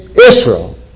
Israel